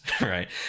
right